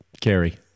carry